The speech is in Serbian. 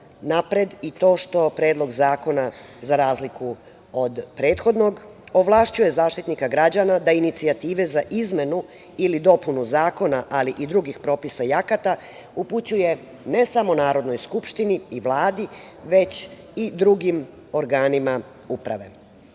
i to što predlog zakona za razliku od prethodnog, ovlašćuje Zaštitnika građana da inicijative za izmenu ili dopunu zakona, ali i drugih propisa i akata, upućuje ne samo Narodnoj skupštini i Vladi, već i drugim organima uprave. Takođe,